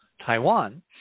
Taiwan